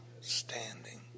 standing